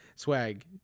Swag